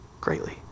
greatly